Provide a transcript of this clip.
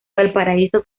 valparaíso